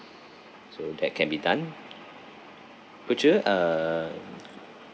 so that can be done could you uh